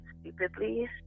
stupidly